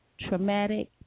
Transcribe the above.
traumatic